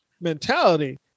mentality